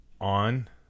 on